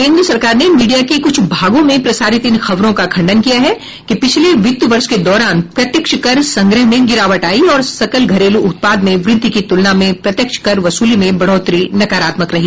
केन्द्र सरकार ने मीडिया के कुछ भागों में प्रसारित इन खबरों का खंडन किया है कि पिछले वित्त वर्ष के दौरान प्रत्यक्ष कर संग्रह में गिरावट आई और सकल घरेलू उत्पाद में वृद्धि की तुलना में प्रत्यक्ष कर वसूली में बढोत्तरी नकारात्मक रही